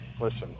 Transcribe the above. listen